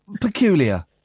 peculiar